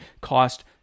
cost